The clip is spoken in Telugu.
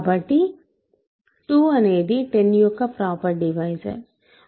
కాబట్టి 2 అనేది 10 యొక్క ప్రాపర్ డివైజర్